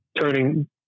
turning